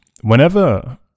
whenever